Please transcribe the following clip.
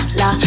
la